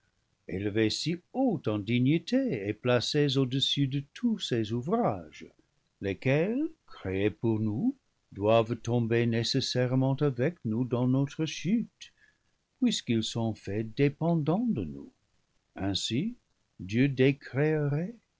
élevées si haut en dignité et placées au des sus de tous ses ouvrages lesquels créés pour nous doivent tomber nécessairement avec nous dans notre chute puisqu'ils sont faits dépendants de nous ainsi dieu décréerait